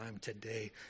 today